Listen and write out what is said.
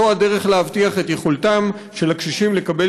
זו הדרך להבטיח את יכולתם של הקשישים לקבל